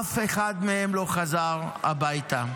אף אחד מהם לא חזר הביתה.